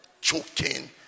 choking